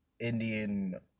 Indian